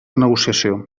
negociació